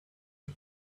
the